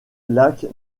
lacs